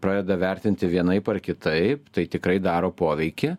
pradeda vertinti vienaip ar kitaip tai tikrai daro poveikį